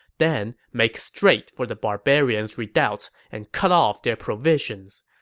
then make straight for the barbarians' redoubts and cut off their provisions.